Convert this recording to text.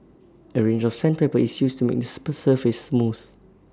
A range of sandpaper is used to make the surface smooth